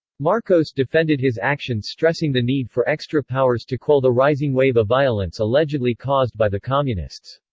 marcos defended his actions stressing the need for extra powers to quell the rising wave of violence allegedly caused by the communists.